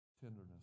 tenderness